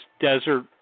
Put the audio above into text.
desert